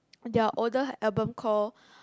their older album call